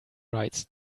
writes